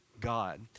God